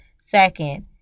second